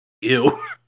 ew